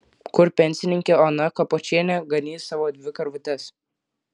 kur pensininkė ona kapočienė ganys savo dvi karvutes